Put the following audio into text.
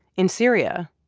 in syria,